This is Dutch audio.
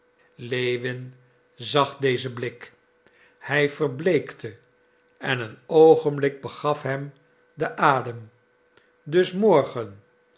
lewin zag dezen blik hij verbleekte en een oogenblik begaf hem de adem dus morgen